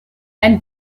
ein